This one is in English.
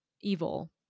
evil